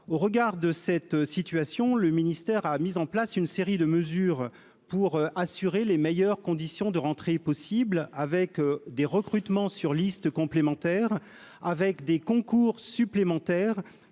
Au regard de cette situation, le ministère a mis en place une série de mesures pour assurer les meilleures conditions de rentrée possible, dont des recrutements sur liste complémentaire, des concours supplémentaires